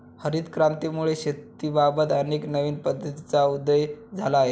हरित क्रांतीमुळे शेतीबाबत अनेक नवीन पद्धतींचा उदय झाला आहे